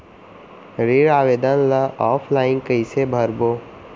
ऋण आवेदन ल ऑफलाइन कइसे भरबो?